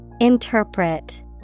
Interpret